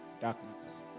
darkness